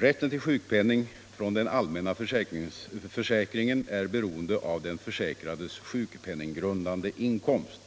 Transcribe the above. Rätten till sjukpenning från den allmänna försäkringen är beroende av den försäkrades sjukpenninggrundande inkomst.